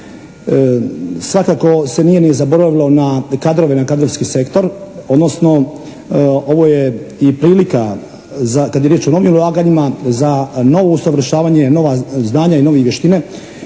Svakako se nije ni zaboravilo na kadrove, na kadrovski sektor, odnosno ovo je i prilika za kad je riječ o novim ulaganjima za novo usavršavanje, nova znanja i nove vještine